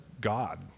God